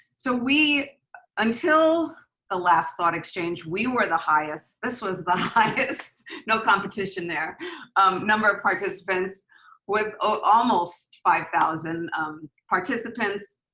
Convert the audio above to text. so until the last thought exchange, we were the highest, this was the highest, no competition there number of participants with almost five thousand participants,